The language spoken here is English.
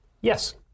Yes